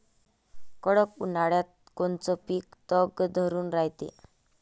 कडक उन्हाळ्यात कोनचं पिकं तग धरून रायते?